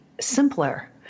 simpler